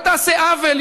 אל תעשה עוול,